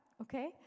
Okay